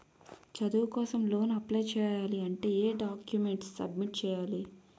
చదువు కోసం loan apply చేయాలి అంటే ఎం డాక్యుమెంట్స్ సబ్మిట్ చేయాలి?